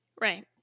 Right